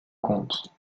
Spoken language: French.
compte